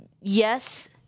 yes